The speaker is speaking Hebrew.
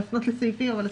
בוקר טוב, חברות וחברים.